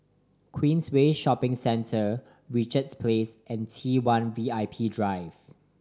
Queensway Shopping Centre Richards Place and T One V I P Drive